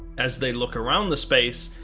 as they look around the space,